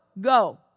Go